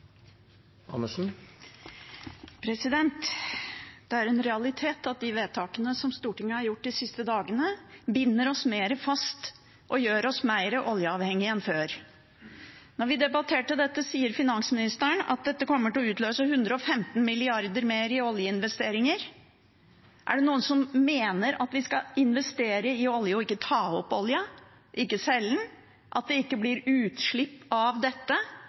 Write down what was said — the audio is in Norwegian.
en realitet at de vedtakene som Stortinget har gjort de siste dagene, binder oss mer fast og gjør oss mer oljeavhengig enn før. Når vi debatterer dette, sier finansministeren at dette kommer til å utløse 115 mrd. kr mer i oljeinvesteringer. Er det noen som mener at vi skal investere i olje og ikke ta opp oljen, ikke selge den, at det ikke blir utslipp av dette?